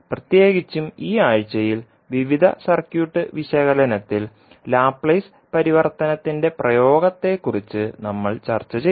പ്രത്യേകിച്ചും ഈ ആഴ്ചയിൽ വിവിധ സർക്യൂട്ട് വിശകലനത്തിൽ ലാപ്ലേസ് പരിവർത്തനത്തിന്റെ പ്രയോഗത്തെക്കുറിച്ച് നമ്മൾ ചർച്ച ചെയ്തു